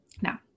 Now